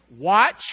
Watch